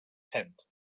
tent